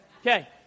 Okay